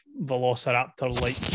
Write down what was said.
Velociraptor-like